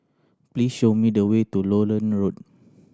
please show me the way to Lowland Road